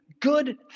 good